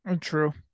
true